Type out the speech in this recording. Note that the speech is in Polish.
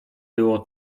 było